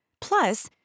Plus